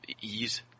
Ease